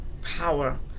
power